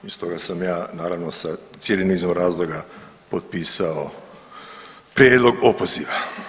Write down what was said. Stoga sam ja naravno s cijelim nizom razloga potpisao prijedlog opoziva.